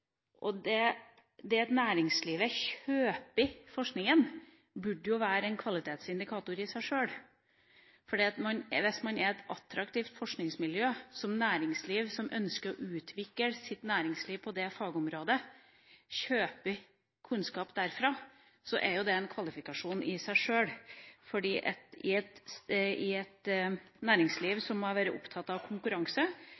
Det at næringslivet kjøper forskningen, burde jo være en kvalitetsindikator i seg sjøl. Hvis det er snakk om et attraktivt forskningsmiljø, hvis næringslivet ønsker utvikling på det fagområdet, og kjøper kunnskap derfra, er jo det en kvalifikasjon i seg sjøl,